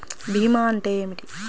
భీమా అంటే ఏమిటి?